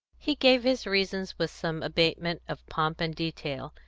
he gave his reasons, with some abatement of pomp and detail,